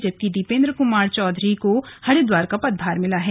जबकि दीपेन्द्र कमार चौधरी को हरिद्वार का पदभार मिला है